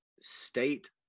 state